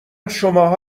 شماها